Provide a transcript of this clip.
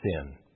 sin